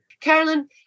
Carolyn